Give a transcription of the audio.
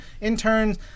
interns